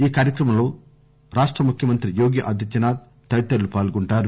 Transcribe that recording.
ఈ కార్యక్రమంలో రాష్ట ముఖ్య మంత్రి యోగీ ఆదిత్యనాథ్ తదితరులు పాల్గొంటారు